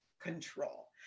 control